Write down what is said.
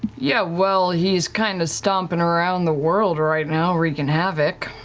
yeah, well, he's kind of stomping around the world right now wreaking havoc.